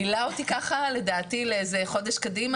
זה מילא אותי לחודש קדימה.